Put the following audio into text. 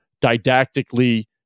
didactically